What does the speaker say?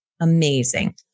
Amazing